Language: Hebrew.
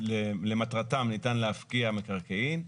שלמטרתם ניתן להפקיע מקרקעין,